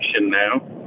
now